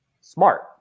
Smart